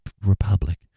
republic